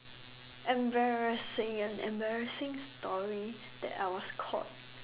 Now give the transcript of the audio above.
embarrassing an embarrassing story that I was caught